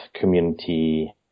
community